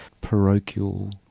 parochial